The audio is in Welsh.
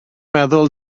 meddwl